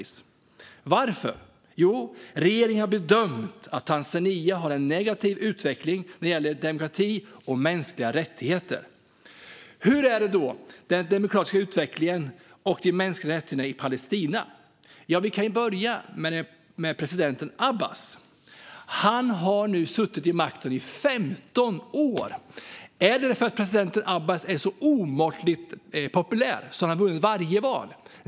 Varför? Jo, regeringen har bedömt att Tanzania har en negativ utveckling vad gäller demokrati och mänskliga rättigheter. Hur är det då med den demokratiska utvecklingen och de mänskliga rättigheterna i Palestina? Låt oss börja med president Abbas. Han har suttit vid makten i 15 år. Är det för att han är omåttligt populär och har vunnit varje val?